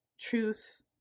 truth